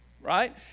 Right